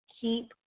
keep